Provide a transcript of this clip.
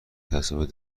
تصاویر